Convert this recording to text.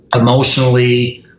emotionally